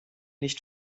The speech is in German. nicht